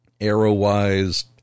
arrow-wise